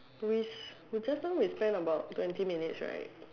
we we just now we spent about twenty minutes right